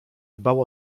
dbał